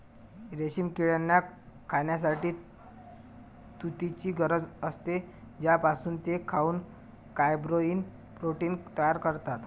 रेशीम किड्यांना खाण्यासाठी तुतीची गरज असते, ज्यापासून ते खाऊन फायब्रोइन प्रोटीन तयार करतात